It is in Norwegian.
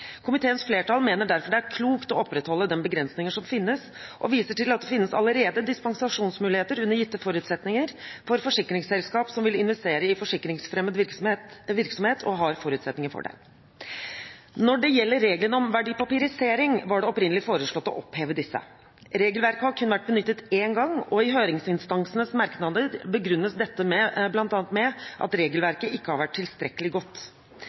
Komiteens flertall mener derfor det er klokt å opprettholde den begrensningen som finnes, og viser til at det finnes allerede dispensasjonsmuligheter under gitte forutsetninger for forsikringsselskaper som vil investere i forsikringsfremmed virksomhet og har forutsetninger for det. Når det gjelder reglene om verdipapirisering, var det opprinnelig foreslått å oppheve disse. Regelverket har kun vært benyttet én gang, og i høringsinstansenes merknader begrunnes dette bl.a. med at regelverket ikke har vært tilstrekkelig godt.